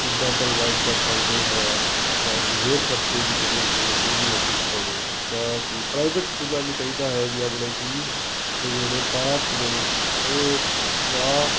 ਕਿਦਾਂ ਪ੍ਰੋਵਾਈਡ ਕਰ ਸਕਦੇ ਹਾਂ ਤਾਂ ਕਿ ਹੋਰ ਖਰਚੇ ਵੀ ਜਿਹੜੇ ਨੇ ਉਹ ਵੀ ਅਸੀਂ ਚਲਾਉਣੇ ਹੁੰਦੇ ਤਾਂ ਕਿ ਪ੍ਰਾਈਵੇਟ ਸਕੂਲਾਂ ਨੂੰ ਚਾਹੀਦਾ ਹੈ ਵੀ ਆਪਣੇ ਫੀਸ ਦੇ ਜਿਹੜੇ ਪਾਰਟਸ ਨੇ ਉਹ ਨਾ